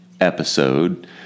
episode